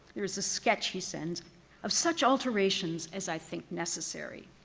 there is a sketchy sense of such alterations as i think necessary.